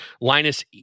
Linus